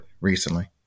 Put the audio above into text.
recently